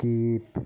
skip